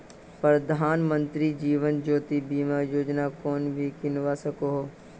प्रधानमंत्री जीवन ज्योति बीमा योजना कोएन भी किन्वा सकोह